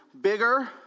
bigger